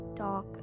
dark